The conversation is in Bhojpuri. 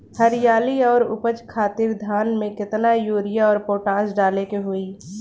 हरियाली और उपज खातिर धान में केतना यूरिया और पोटाश डाले के होई?